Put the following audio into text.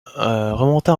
remonta